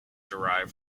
derive